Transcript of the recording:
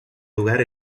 lugar